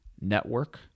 Network